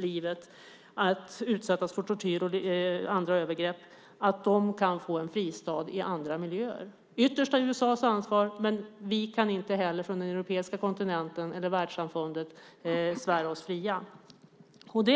livet genom att utsättas för tortyr och andra övergrepp, kan få en fristad i andra miljöer. Ytterst är det USA som har ansvaret, men vi på den europeiska kontinenten eller i världssamfundet kan inte heller svära oss fria. Fru talman!